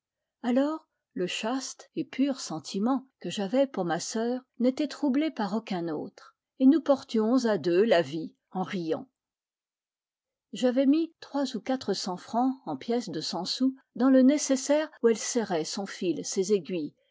alors le chaste et pur sentiment que j'avais pour ma sœur n'était troublé par aucun autre et nous portions à deux la vie en riant j'avais mis trois ou quatre cents francs en pièces de cent sous dans le nécessaire où elle serrait son fil ses aiguilles